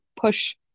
push